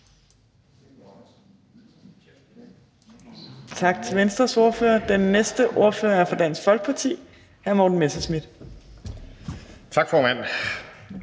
Tak til Venstres ordfører. Den næste ordfører er fra Dansk Folkeparti, hr. Morten Messerschmidt. Kl.